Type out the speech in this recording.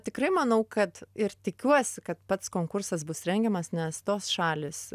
tikrai manau kad ir tikiuosi kad pats konkursas bus rengiamas nes tos šalys